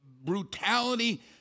brutality